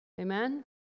Amen